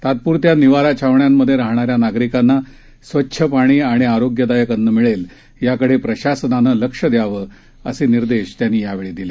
तात्पुरत्या निवारा छावण्यांमध्ये राहणाऱ्या नागरिकांना स्वच्छ पाणी आणि आरोग्यदायक अन्न मिळेल याकडे प्रशासनानं लक्ष द्यावं असे निर्देश त्यांनी यावेळी दिले